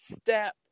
step